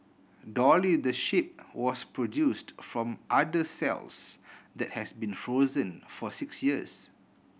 dolly the sheep was produced from udder cells that has been frozen for six years